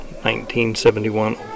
1971